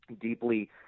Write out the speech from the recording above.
deeply